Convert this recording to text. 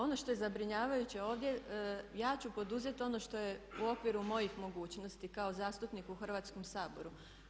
Ono što je zabrinjavajuće ovdje, ja ću poduzeti ono što je u okviru mojih mogućnosti kao zastupnik u Hrvatskom saboru.